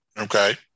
okay